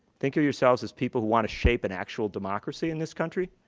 think of yourselves as people who want to shape an actual democracy in this country.